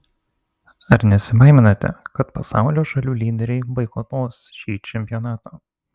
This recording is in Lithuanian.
ar nesibaiminate kad pasaulio šalių lyderiai boikotuos šį čempionatą